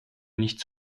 nicht